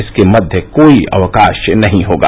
इसके मध्य कोई अवकाश नहीं होगा